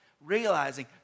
realizing